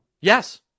Yes